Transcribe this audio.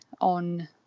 on